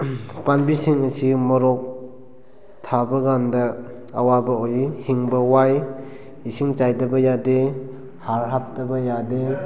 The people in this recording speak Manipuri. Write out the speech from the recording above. ꯄꯥꯟꯕꯤꯁꯤꯡ ꯑꯁꯤ ꯃꯣꯔꯣꯛ ꯊꯥꯕ ꯀꯥꯟꯗ ꯑꯋꯥꯕ ꯑꯣꯏ ꯍꯤꯡꯕ ꯋꯥꯏ ꯏꯁꯤꯡ ꯆꯥꯏꯗꯕ ꯌꯥꯗꯦ ꯍꯥꯔ ꯍꯥꯞꯇꯕ ꯌꯥꯗꯦ